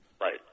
Right